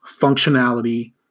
functionality